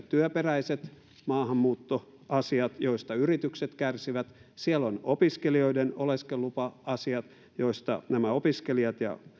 työperäiset maahanmuuttoasiat joista yritykset kärsivät siellä on opiskelijoiden oleskelulupa asiat joista nämä opiskelijat ja